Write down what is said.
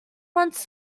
wants